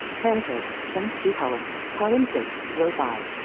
parenthood, spans two columns, column six, row five.